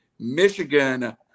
Michigan